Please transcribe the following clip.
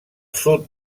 sud